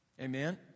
Amen